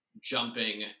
jumping